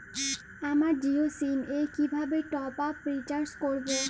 আমার জিও সিম এ কিভাবে টপ আপ রিচার্জ করবো?